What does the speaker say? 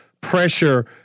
pressure